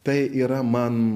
tai yra man